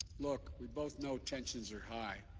look, we both know tensions are high.